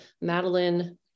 Madeline